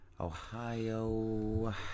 Ohio